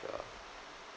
err